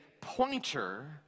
pointer